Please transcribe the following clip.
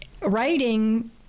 writing